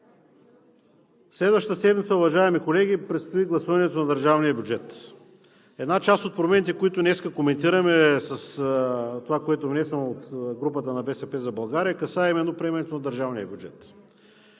Следваща седмица, уважаеми колеги, предстои гласуване на държавния бюджет. Една част от промените, които днес коментираме с това, което е внесено от групата на „БСП за България“, касае именно приемането на държавния бюджет.